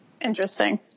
Interesting